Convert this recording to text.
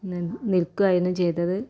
നി നിൽക്കുവായിരുന്നു ചെയ്തത്